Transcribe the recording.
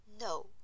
No